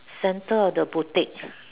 center of the boutiques